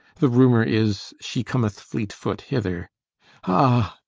the rumour is she cometh fleet-foot hither ah!